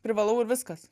privalau ir viskas